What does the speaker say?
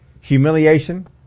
humiliation